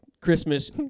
Christmas